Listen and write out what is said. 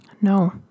no